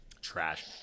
Trash